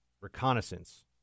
reconnaissance